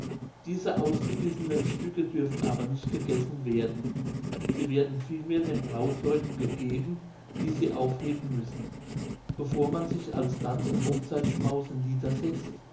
diese ausgebissenen stücke dürfen aber nicht gegessen werden sie werden vielmehr den brautleuten gegeben die sie aufheben müssen bevor man sich alsdann zum hochzeitsschmause niedersetzt